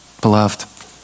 Beloved